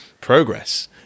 progress